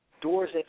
doors